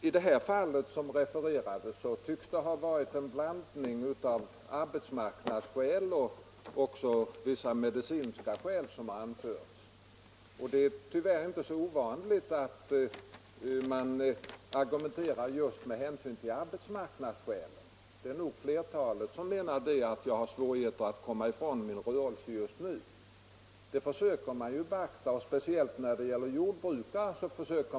I det fall som refererades tycks det emellertid ha varit en blandning av arbetsmarknadsskäl och vissa medicinska skäl som anfördes i besvären. Det är tyvärr inte så ovanligt att man åberopar just arbetsmarknadsskäl när man argumenterar för uppskov. Flertalet anför svårigheter att komma ifrån sin rörelse under den tid inkallelsen gäller. Sådana skäl försöker man beakta speciellt när det gäller jordbrukare.